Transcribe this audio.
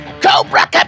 Cobra